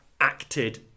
acted